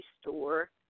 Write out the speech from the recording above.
store